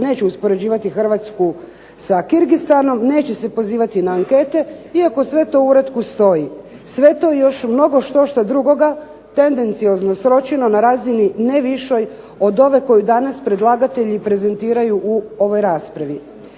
neće uspoređivati Hrvatsku sa Kirgistanom, neće se pozivati na ankete iako sve to u uratku stoji. Sve to i još mnogo štošta drugoga tendenciozno sročeno na razini ne višoj od ove koju danas predlagatelji prezentiraju u ovoj raspravi.